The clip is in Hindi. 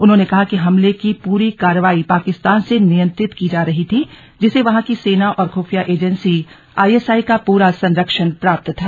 उन्होंने कहा कि हमले की पूरी कार्रवाई पाकिस्तान से नियंत्रित की जा रही थी जिसे वहां की सेना और खुफिया एजेंसी आई एस आई का पूरा संरक्षण प्राप्त था